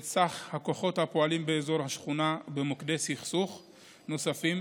הכוחות הפועלים באזור השכונה ובמוקדי סכסוך נוספים.